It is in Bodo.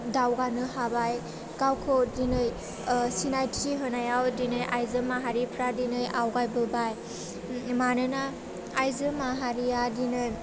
दावगानो हाबाय गावखौ दिनै सिनायथि होनायाव दिनै आइजो माहारिफ्रा दिनै आवगायबोबाय मानोना आइजो माहारिया दिनै